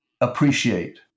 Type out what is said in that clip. appreciate